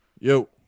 Yo